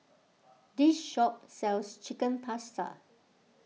this shop sells Chicken Pasta